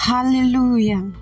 Hallelujah